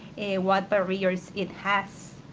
what barriers it has.